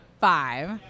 Five